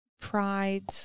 pride